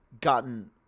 gotten